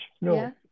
No